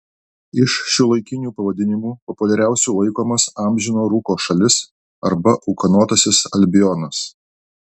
iš šiuolaikinių pavadinimų populiariausiu laikomas amžino rūko šalis arba ūkanotasis albionas